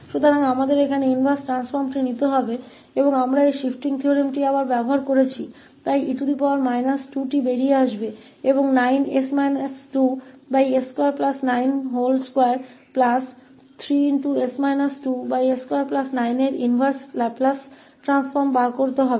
इसलिए हमें यहां इनवर्स ट्रांसफॉर्म लेना होगा और हमने इस शिफ्टिंग थ्योरमका फिर से उपयोग किया है इसलिए e 2t निकलेगा और 9s2923s29 का इनवर्स लैपलेस ट्रांसफॉर्म होगा